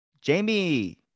jamie